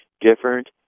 different